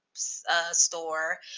Store